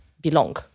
belong